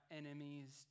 enemies